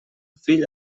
fill